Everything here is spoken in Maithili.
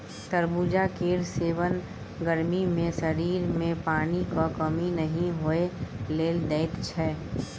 तरबुजा केर सेबन गर्मी मे शरीर मे पानिक कमी नहि होइ लेल दैत छै